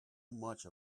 much